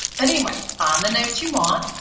anyway find the notes you want.